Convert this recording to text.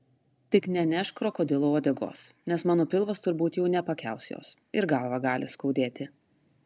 tik nenešk krokodilo uodegos nes mano pilvas turbūt jau nepakels jos ir galvą gali skaudėti